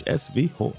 svh